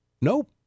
Nope